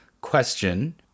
question